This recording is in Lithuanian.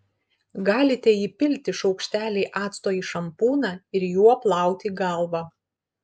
galite įpilti šaukštelį acto į šampūną ir juo plauti galvą